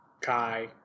Kai